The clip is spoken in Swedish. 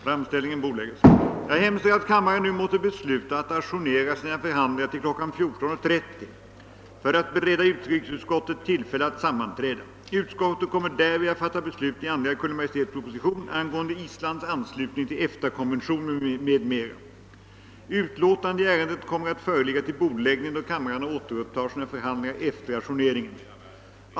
Jag hemställer att kammaren nu måtte besluta att ajournera sina förhandlingar till kl. 14.30 för att bereda utrikesutskottet tillfälle att sammanträda. Utskottet kommer därvid att fatta beslut i anledning av Kungl. Maj:ts proposition angående Islands anslutning till EFTA-konventionen, m.m. Utlåtande i ärendet kommer att föreligga till bordläggning då kamrarna återupptar sina förhandlingar efter ajourneringen.